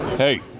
Hey